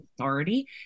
authority